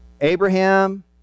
Abraham